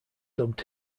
dubbed